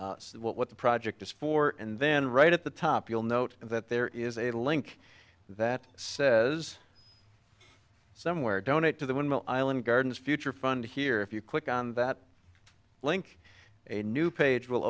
what the project is for and then right at the top you'll note that there is a link that says somewhere donate to the one mile island gardens future fund here if you click on that link a new page will